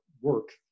work